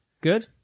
Good